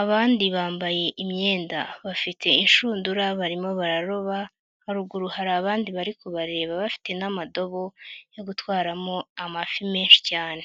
abandi bambaye imyenda bafite inshundura barimo bararoba, haruguru hari abandi bari kubareba bafite n'amadobo yo gutwaramo amafi menshi cyane.